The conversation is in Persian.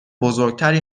بزرگتری